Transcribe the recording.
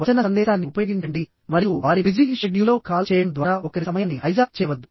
వచన సందేశాన్ని ఉపయోగించండి మరియు వారి బిజీ షెడ్యూల్లో కాల్ చేయడం ద్వారా ఒకరి సమయాన్ని హైజాక్ చేయవద్దు